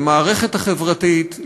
למערכת החברתית,